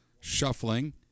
shuffling